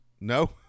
No